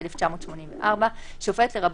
אני רוצה להתייחס גם לזה.